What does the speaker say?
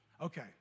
Okay